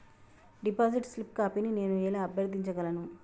Deposit slip కాపీని నేను ఎలా అభ్యర్థించగలను?